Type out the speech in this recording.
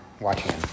Watching